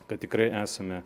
kad tikrai esame